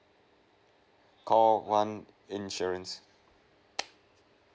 call one insurance